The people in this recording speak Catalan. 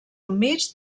humits